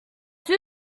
tout